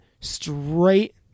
straight